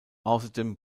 außerdem